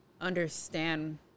understand